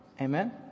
Amen